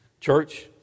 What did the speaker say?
Church